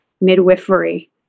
midwifery